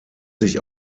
sich